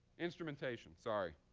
instrumentation. sorry.